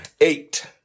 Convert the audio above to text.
eight